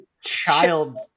child